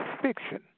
fiction